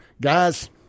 Guys